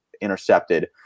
intercepted